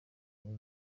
nziza